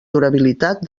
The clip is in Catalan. durabilitat